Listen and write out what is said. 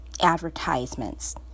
advertisements